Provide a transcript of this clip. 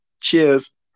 Cheers